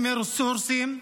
הם הורסים.